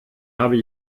habe